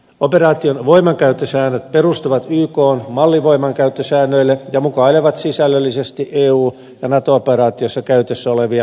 operaation voimankäyttösäännöt perustuvat ykn mallivoimankäyttösääntöihin ja mukailevat sisällöllisesti eu ja nato operaatioissa käytössä olevia voimankäyttösääntöjä